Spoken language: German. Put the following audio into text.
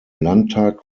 landtag